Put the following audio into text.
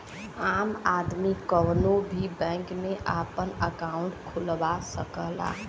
आम आदमी कउनो भी बैंक में आपन अंकाउट खुलवा सकला